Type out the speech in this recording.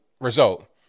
Result